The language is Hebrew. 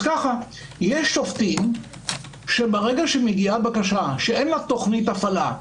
יש שופטים שברגע שמגיעה בקשה שאין לה תכנית הפעלה,